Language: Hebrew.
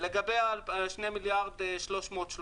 לגבי ה-2 מיליארד ו-330.